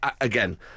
again